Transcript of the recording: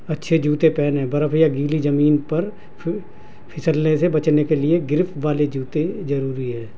اچھے جوتے پہنیں برف یا گیلی زمین پر پھسلنے سے بچنے کے لیے گرپ والے جوتے ضروری ہیں